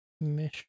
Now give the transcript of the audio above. mission